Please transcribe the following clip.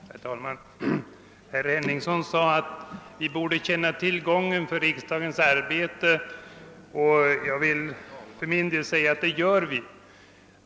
Herr talman! Herr Henningsson sade att vi borde känna till förhandlingsgången i riksdagens arbete. Jag vill för min del säga att det gör vi.